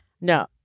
no